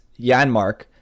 Yanmark